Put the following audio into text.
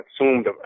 assumed